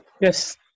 Yes